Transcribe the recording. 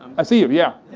i see you, yeah.